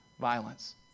violence